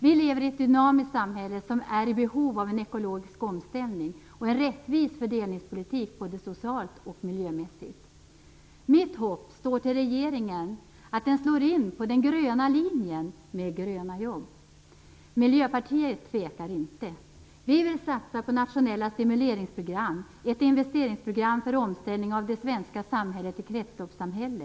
Vi lever i ett dynamiskt samhälle som är i behov av en ekologisk omställning och en rättvis fördelningspolitik både socialt och miljömässigt. Mitt hopp står till att regeringen slår in på den gröna linjen med gröna jobb. Miljöpartiet tvekar inte. Vi vill satsa på nationella stimuleringsprogram och ett investeringsprogram för omställning av det svenska samhället till ett kretsloppssamhälle.